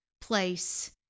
place